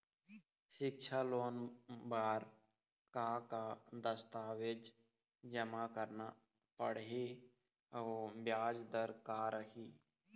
सिक्छा लोन बार का का दस्तावेज जमा करना पढ़ही अउ ब्याज दर का रही?